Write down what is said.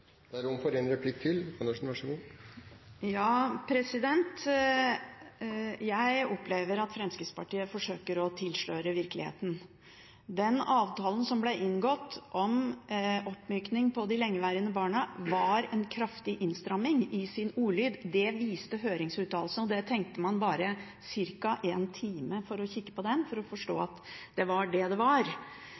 Jeg opplever at Fremskrittspartiet forsøker å tilsløre virkeligheten. Den avtalen som ble inngått om oppmyking for de lengeværende barna, var en kraftig innstramming i sin ordlyd. Det viste høringsuttalelsene, og man trengte bare ca. en time for å kikke på den for å forstå at det var det det var.